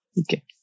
Okay